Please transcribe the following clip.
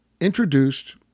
introduced